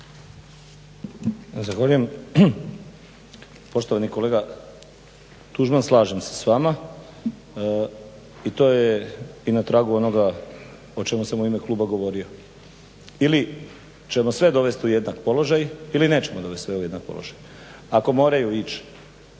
Zahvaljujem. Poštovani kolega Tuđman, slažem se s vama. I to je i na tragu onoga o čemu sam u ime kluba govorio. Ili ćemo sve dovest u jednak položaj ili nećemo dovest sve u jednak položaj. Ako moraju ići